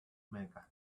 mecca